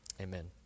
Amen